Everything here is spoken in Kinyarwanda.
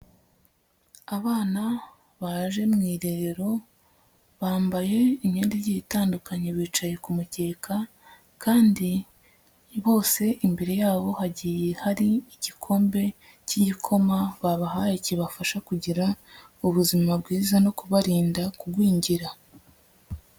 Abana baje mu irerero bambaye imyenda igiye itandukanye bicaye ku muteka kandi bose imbere yabo hagiye hari igikombe cy'igikoma, babahaye kibafasha kugira ubuzima bwiza no kubarinda kugwingira.